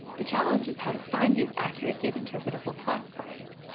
the challenge is how to find these accurate yet interpretable classifiers.